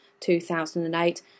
2008